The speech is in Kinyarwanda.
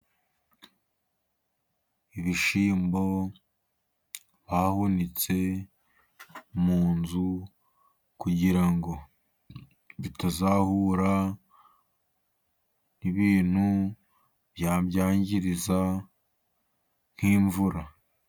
Ibishyimbo bahunitse mu nzu kugira ngo bitazahura n'ibintu byabyangiriza nk'imvura.